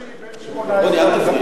אל תפריע